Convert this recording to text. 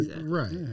Right